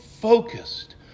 focused